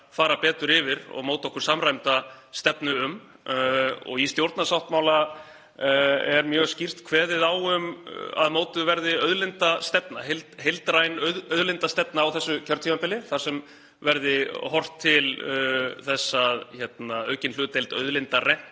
fara betur yfir og móta okkur samræmda stefnu um. Í stjórnarsáttmála er mjög skýrt kveðið á um að mótuð verði auðlindastefna, heildræn auðlindastefna, á þessu kjörtímabili þar sem verði horft til þess að aukin hlutdeild auðlindarentu